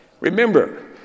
Remember